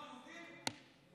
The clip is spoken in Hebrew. זה עמדה פוליטית לרצוח יהודים?